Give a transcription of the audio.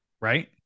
Right